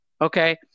Okay